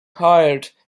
hired